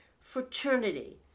Fraternity